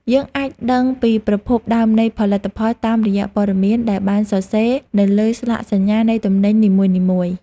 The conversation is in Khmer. យើងអាចដឹងពីប្រភពដើមនៃផលិតផលតាមរយៈព័ត៌មានដែលបានសរសេរនៅលើស្លាកសញ្ញានៃទំនិញនីមួយៗ។